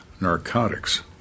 narcotics